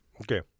Okay